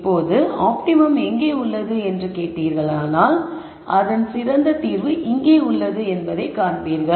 இப்போது ஆப்டிமம் எங்கே உள்ளது என்று கேள்வி கேட்டீர்களானால் அந்த சிறந்த தீர்வு இங்கே உள்ளது என்பதை காண்பீர்கள்